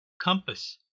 compass